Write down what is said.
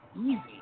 easy